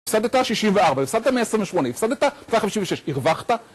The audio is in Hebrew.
‫הפסדת 64, הפסדת 128, ‫הפסדת 56, הרווחת.